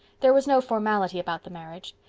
there was no formality about the marriage.